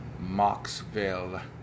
Moxville